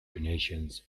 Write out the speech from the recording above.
donations